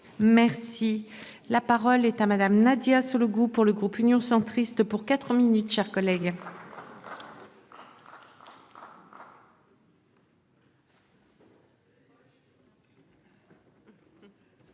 Merci la parole est à madame Nadia sur le goût pour le groupe Union centriste pour 4 minutes, chers collègues.